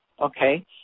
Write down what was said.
okay